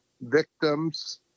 victims